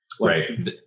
Right